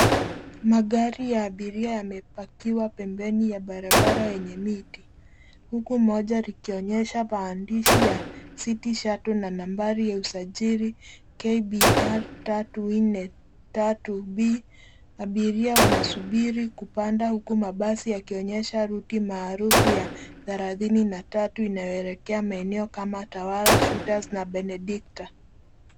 MAgari ya abiria yamepakiwa pembeni ya barabara yenye miti hukumoja likonyesha maandishi ya city shuttle na nambari ya usajili KBR 343B . Abiria wanasubiri kupanda huku mabasi yakionyesha ruti maarufu ya 33 inayoelekea maeneo kama Utwala, Shoters na Benedikta.